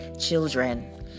children